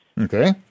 Okay